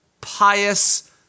pious